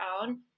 own